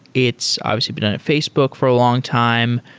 it's obviously been on facebook for a longtime.